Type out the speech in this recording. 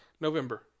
November